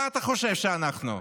מה אתה חושב שאנחנו?